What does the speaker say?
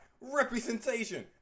Representation